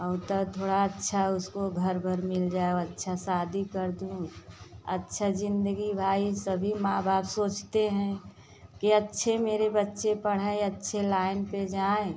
और तो थोड़ा अच्छा उसको घर बर मिल जाए और अच्छा शादी कर दूँ अच्छा जिंदगी भाई सभी माँ बाप सोचते हैं कि अच्छे मेरे बच्चे पढ़ें अच्छे लाइन पे जाएँ